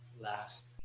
last